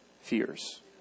fears